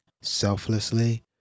selflessly